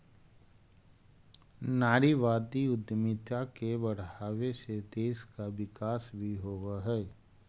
नारीवादी उद्यमिता के बढ़ावे से देश का विकास भी होवअ हई